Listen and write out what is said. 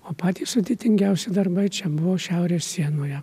o patys sudėtingiausi darbai čia buvo šiaurės sienoje